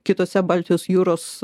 kitose baltijos jūros